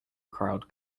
crowd